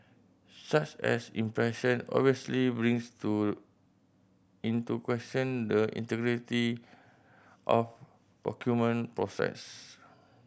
such as impression obviously brings to into question the integrity of procurement process